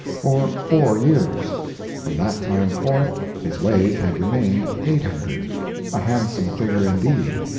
for four years from that time forth his wage had remained eight hundred a handsome figure indeed,